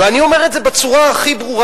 ואני אומר את זה בצורה הכי ברורה,